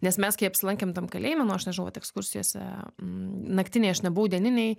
nes mes kai apsilankėm tam kalėjime nu aš nežinau vat ekskursijose naktinėj aš nebuvau dieninėj